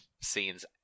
scenes